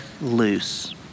loose